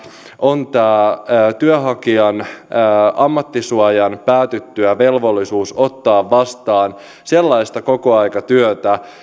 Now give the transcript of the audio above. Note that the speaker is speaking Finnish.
on tämä työnhakijan velvollisuus ammattisuojan päätyttyä ottaa vastaan sellaista kokoaikatyötä